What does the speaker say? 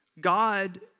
God